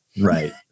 Right